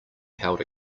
held